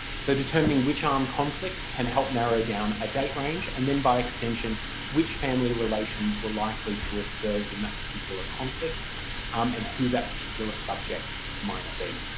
so determining which armed conflict can help narrow down a date range and then by extension which family relations were likely to have served in that particular conflict and who that particular subject might be.